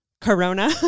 Corona